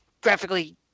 graphically